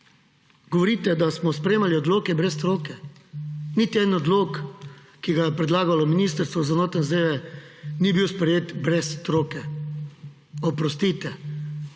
Govorite, da smo sprejemali odloke brez stroke. Niti en odlok, ki ga je predlagalo Ministrstvo za notranje zadeve, ni bil sprejet brez stroke. Oprostite,